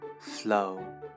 flow